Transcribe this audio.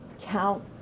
count